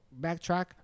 backtrack